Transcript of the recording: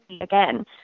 again